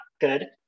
good